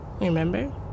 remember